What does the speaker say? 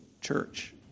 church